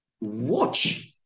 Watch